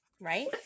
right